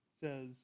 says